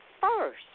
first